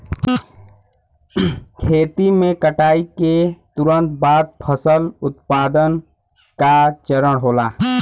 खेती में कटाई के तुरंत बाद फसल उत्पादन का चरण होला